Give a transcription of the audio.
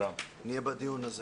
נהיה בדיון הזה.